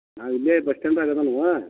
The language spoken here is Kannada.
ನಾವು ಇಲ್ಲೆ ಬಸ್ ಸ್ಟ್ಯಾಂಡ್ದಾಗ ಅದಾನು